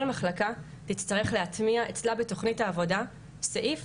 כל מחלקה תצטרך להטמיע אצלה בתוכנית העבודה סעיף